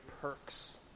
perks